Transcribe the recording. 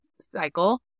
cycle